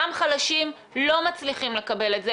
אותם חלשים לא מצליחים לקבל את זה,